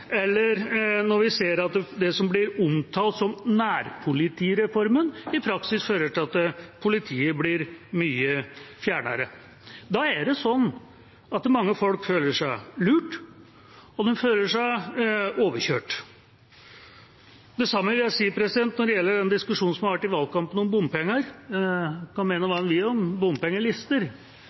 eller når vi ser at det som blir omtalt som nærpolitireformen, i praksis fører til at politiet blir mye fjernere. Da er det slik at mange folk føler seg lurt, og de føler seg overkjørt. Det samme vil jeg si når det gjelder den diskusjonen om bompenger som var i valgkampen. En kan mene hva en vil om bompengelister,